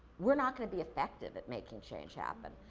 we're not gonna be effective at making change happen.